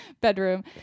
bedroom